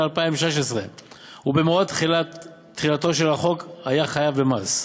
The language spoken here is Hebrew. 2016 ובמועד תחילתו של החוק היה חייב במס,